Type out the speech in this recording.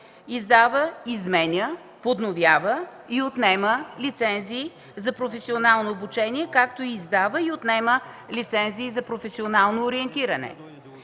издава, изменя, подновява и отнема лицензии за професионално обучение, както и издава и отнема лицензии за професионално ориентиране,